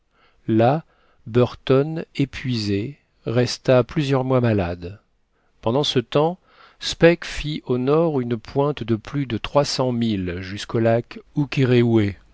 là burton épuisé resta plusieurs mois malade pendant ce temps speke fit au nord une pointe de plus de trois cents milles jusqu'au lac